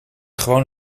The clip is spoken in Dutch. gewoon